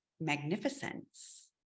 magnificence